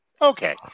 okay